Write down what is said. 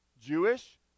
Jewish